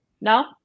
No